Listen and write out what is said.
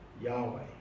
Yahweh